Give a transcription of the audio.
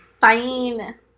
Fine